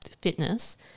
fitness